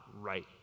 right